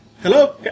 Hello